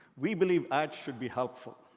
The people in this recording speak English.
we believe ads should be helpful.